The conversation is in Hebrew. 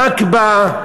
הנכבה,